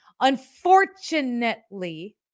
Unfortunately